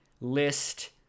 list